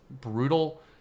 brutal